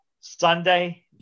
Sunday